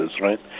right